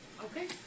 Okay